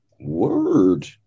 Word